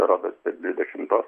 rodos tarp dvidešimtos